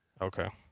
Okay